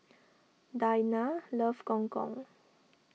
Dayna loves Gong Gong